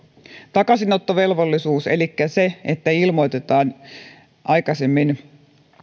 takaisinottovelvollisuudesta elikkä siitä että ilmoitetaan aikaisemmin